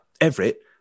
everett